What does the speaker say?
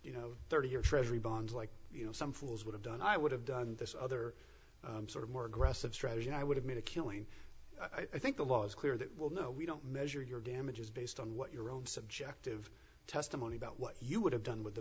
you know thirty year treasury bonds like you know some fools would have done i would have done this other sort of more aggressive strategy and i would have made a killing i think the law is clear that well no we don't measure your damages based on what your own subjective testimony about what you would have done with the